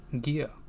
Gear